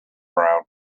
brown